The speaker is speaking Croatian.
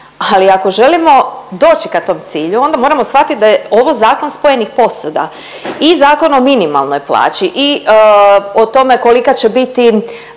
Ali ako želimo doći ka tom cilju onda moramo svatit da je ovo zakon spojenih posuda. I Zakon o minimalnoj plaći i o tome kolika će biti